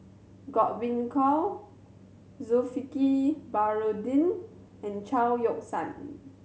Godwin Koay Zulkifli Baharudin and Chao Yoke San